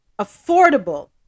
affordable